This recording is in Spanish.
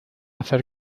hacer